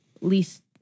least